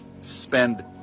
spend